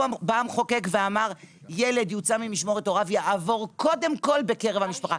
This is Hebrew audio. בא המחוקק ואמר שילד יוצא ממשמורת הוריו יעבור קודם כל בקרב המשפחה,